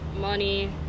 money